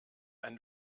ein